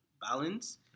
balance